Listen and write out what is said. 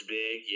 big